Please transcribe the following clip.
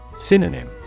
Synonym